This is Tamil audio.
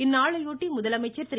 இந்நாளையொட்டி முதலமைச்சர் திரு